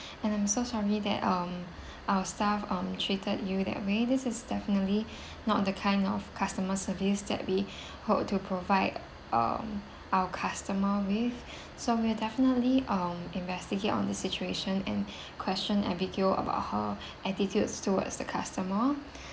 and I'm so sorry that um our staff um treated you that way this is definitely not the kind of customer service that we hope to provide um our customers with so we'll definitely um investigate on this situation and question abigail about her attitudes towards the customer